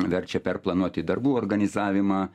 verčia perplanuoti darbų organizavimą